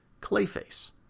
Clayface